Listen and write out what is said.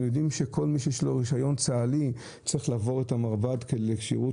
אנחנו יודעים שכל מי שיש לו רישיון צה"לי צריך לעבור את המרב"ד לכשירות